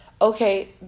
Okay